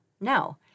No